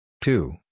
two